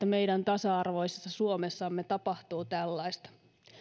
meidän tasa arvoisessa suomessamme tapahtuu tällaista